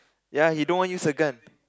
ya he don't want use a gun